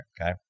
Okay